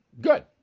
Good